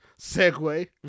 segue